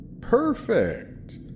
Perfect